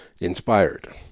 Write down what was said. inspired